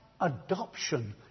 adoption